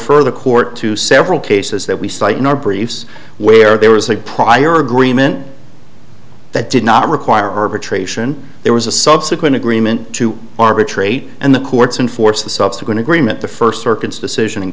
refer the court to several cases that we cite nor briefs where there was a prior agreement that did not require arbitration there was a subsequent agreement to arbitrate and the courts and force the subsequent agreement the first circuits decision